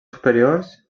superiors